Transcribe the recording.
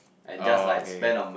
oh okay okay okay